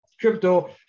crypto